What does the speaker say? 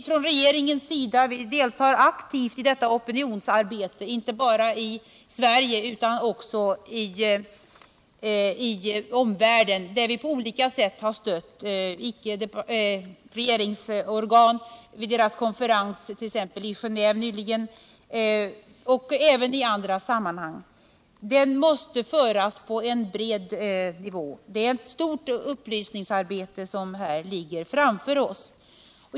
Från regeringens sida deltar vi aktivt i detta opinionsarbete, inte bara i Sverige utan också i omvärlden, där vi på olika sätt har stött regeringsorganisationer vid deras konferenser — i Geneve nyligen och även i andra sammanhang. Detta måste ske på bred front. Det är ett stort upplysningsarbete som ligger framför OSS.